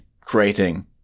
creating